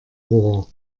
rohr